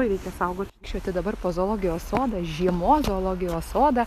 reikia saugot vaikščioti dabar po zoologijos sodą žiemos zoologijos sodą